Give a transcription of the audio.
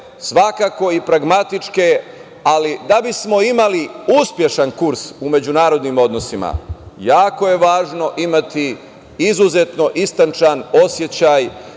svakako i pragmatičke, ali da bismo imali uspešan kurs u međunarodnim odnosima jako je važno imati izuzetno istančan osećaj